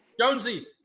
Jonesy